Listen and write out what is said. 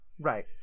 right